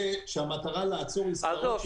שהמטרה לעצור עסקאות בטלפון --- עזוב.